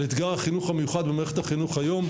אתגר החינוך המיוחד במערכת החינוך היום,